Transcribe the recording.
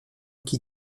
qui